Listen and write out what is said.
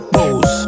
rules